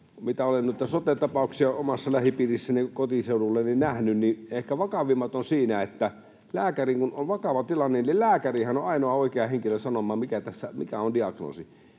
Mitä olen noita sote-tapauksia omassa lähipiirissäni kotiseudullani nähnyt, niin ehkä vakavimmat ovat niitä, että kun on vakava tilanne, niin lääkärihän on ainoa oikea henkilö sanomaan, mikä on diagnoosi.